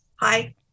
Hi